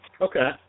okay